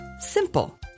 Simple